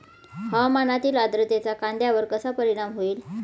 हवामानातील आर्द्रतेचा कांद्यावर कसा परिणाम होईल?